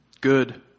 good